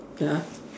ya